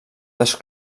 dels